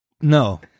No